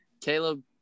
Caleb